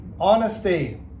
Honesty